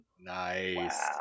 nice